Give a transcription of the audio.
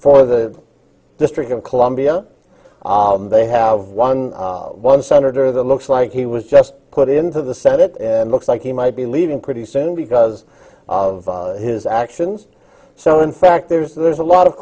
for the district of columbia they have one one senator that looks like he was just put into the senate it looks like he might be leaving pretty soon because of his actions so in fact there's there's a lot of